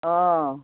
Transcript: অঁ